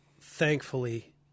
Thankfully